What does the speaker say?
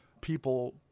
people